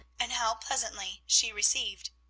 and how pleasantly she received.